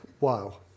Wow